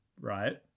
Right